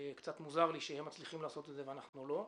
קצת מוזר לי שהם מצליחים לעשות את זה ואנחנו לא.